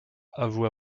avoue